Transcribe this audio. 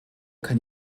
kann